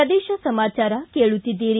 ಪ್ರದೇಶ ಸಮಾಚಾರ ಕೇಳುತ್ತಿದ್ದಿರಿ